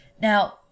Now